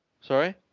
Sorry